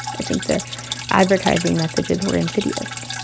i think the advertising messages were insidious.